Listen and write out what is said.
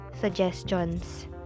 suggestions